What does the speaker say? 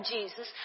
Jesus